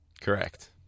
Correct